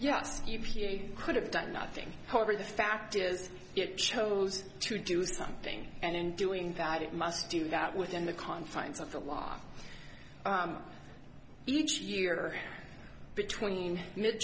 you could have done nothing however the fact is it chose to do something and in doing that it must do that within the confines of the law each year between mid